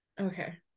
Okay